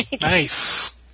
Nice